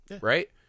right